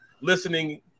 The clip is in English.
listening